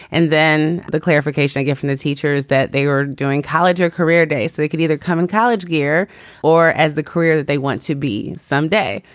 and then the clarification i get from the teachers that they are doing college or career days so they can either come in college gear or as the career that they want to be someday.